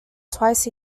twice